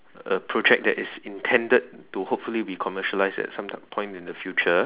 a project that is intended to hopefully be commercialised at some point in the future